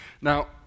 Now